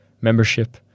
membership